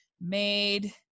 made